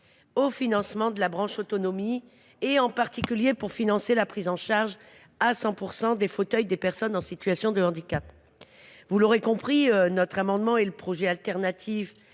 au financement de la branche autonomie, en particulier à celui de la prise en charge à 100 % des fauteuils des personnes en situation de handicap. Vous l’aurez compris, il s’agit là d’un projet alternatif